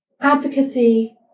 Advocacy